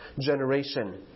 generation